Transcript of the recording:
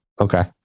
Okay